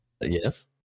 yes